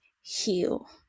heal